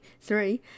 three